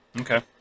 Okay